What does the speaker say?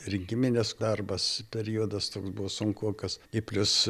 rinkiminis darbas periodas toks buvo sunkokas ir plius